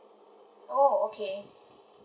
oh okay